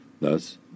Thus